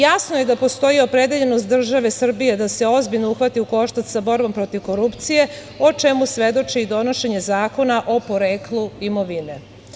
Jasno je da postoji opredeljenost države Srbije da se ozbiljno uhvati u koštac sa borbom protiv korupcije, o čemu svedoči i donošenje Zakona o poreklu imovine.